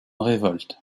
révolte